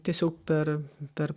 tiesiog per per